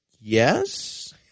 yes